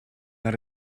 naar